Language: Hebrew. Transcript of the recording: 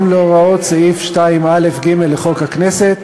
בהתאם להוראות סעיף 2א(ג) לחוק הכנסת,